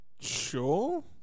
Sure